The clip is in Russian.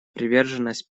приверженность